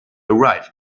arrive